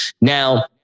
Now